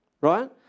right